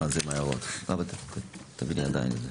נמצא בזום.